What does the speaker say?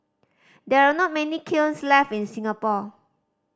there are not many kilns left in Singapore